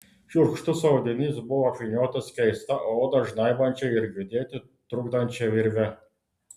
šiurkštus audinys buvo apvyniotas keista odą žnaibančia ir judėti trukdančia virve